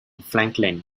franklin